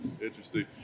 Interesting